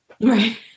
right